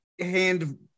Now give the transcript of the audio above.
Hand